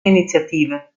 initiative